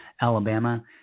Alabama